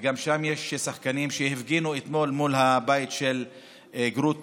גם שם יש שחקנים שהפגינו אתמול מול הבית של גרוטו.